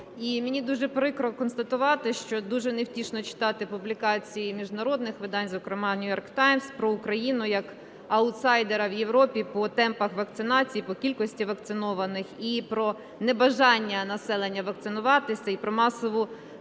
мені дуже прикро констатувати, що дуже невтішно читати публікації міжнародних видань, зокрема The New York Times, про Україну як аутсайдера в Європі по темпах вакцинації і по кількості вакцинованих, і про небажання населення вакцинуватися, і про масову підробку